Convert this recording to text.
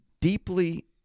deeply